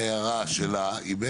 ההערה שלה היא,